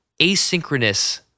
asynchronous